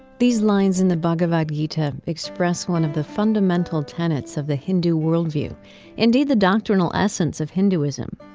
these lines in the bhagavad gita express one of the fundamental tenets of the hindu worldview indeed, the doctrinal essence of hinduism.